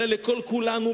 אלא לכל-כולנו,